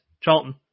Charlton